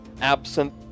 absent